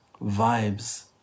vibes